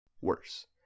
Worse